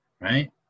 right